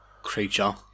creature